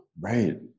Right